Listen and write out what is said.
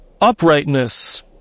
uprightness